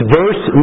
verse